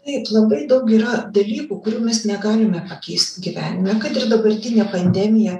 taip labai daug yra dalykų kurių mes negalime pakeisti gyvenime kad ir dabartinė pandemija